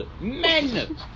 men